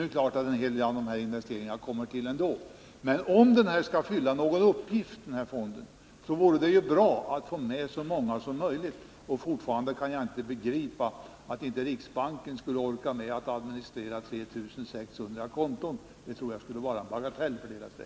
Det är klart att en hel del av dessa investeringar kommer till ändå. Men om denna fond skall fylla någon uppgift vore det bra att få med så många som möjligt. Och fortfarande kan jag inte begripa att riksbanken inte skulle orka med att administrera 3600 konton. Det tror jag är en bagatell för riksbanken.